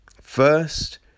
first